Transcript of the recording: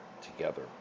Together